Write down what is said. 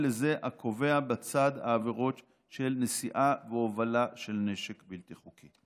לזה הקבוע בצד העבירות של נשיאה והובלה של נשק בלתי חוקי.